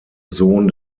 sohn